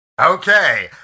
Okay